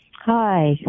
Hi